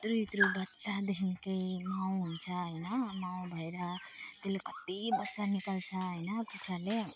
यत्रो यत्रो बच्चादेखिकै माउ हुन्छ होइन माउ भएर त्यसले कति बच्चा निकाल्छ होइन कुखुराले